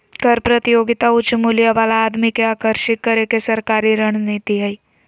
कर प्रतियोगिता उच्च मूल्य वाला आदमी के आकर्षित करे के सरकारी रणनीति हइ